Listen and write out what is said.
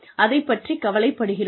அதைப் பற்றிக் கவலைப்படுகிறோம்